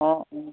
অঁ অঁ